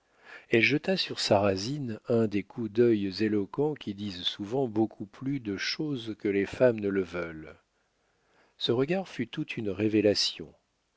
elle jeta sur sarrasine un des coups d'œil éloquents qui disent souvent beaucoup plus de choses que les femmes ne le veulent ce regard fut toute une révélation